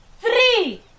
Three